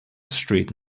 street